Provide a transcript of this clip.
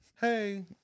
hey